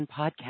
podcast